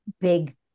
big